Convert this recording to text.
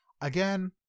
Again